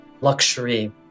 luxury